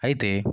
అయితే